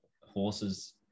horses